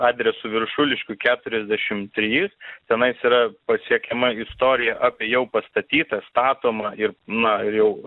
adresu viršuliškių keturiasdešim trys tenai yra pasiekiama istorija apie jau pastatytą statomą ir na jau